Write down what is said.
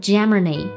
Germany